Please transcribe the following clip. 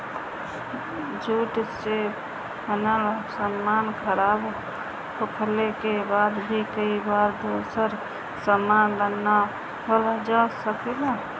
jute से बनल सामान खराब होखले के बाद भी कई बार दोसर सामान बनावल जा सकेला